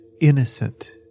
innocent